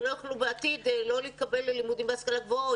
בתעודת הבגרות והם לא יוכלו בעתיד להתקבל ללימודים בהשכלה גבוהה,